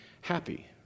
happy